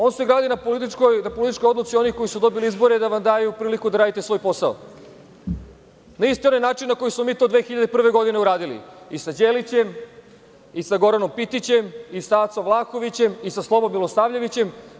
On se gradi na političkoj odluci onih koji su dobili izbore da vam daju priliku da radite svoj posao na isti onaj način na koji smo mi to 2001. godine uradili i sa Đelićem i sa Goranom Pitićem i sa Acom Vlahovićem i sa Slobom Milosavljevićem.